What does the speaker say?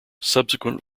subsequent